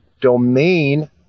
domain